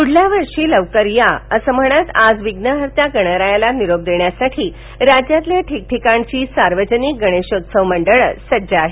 पुढच्या वर्षी लवकर या म्हणत आज विघ्नहत्या गणरायाला निरोप देण्यासाठी राज्यातली ठिकठिकाणची सार्वजनिक गणेश मंडळं सज्ज झाली आहेत